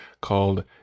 called